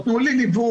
או תנו לי ליווי,